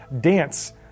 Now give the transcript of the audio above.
dance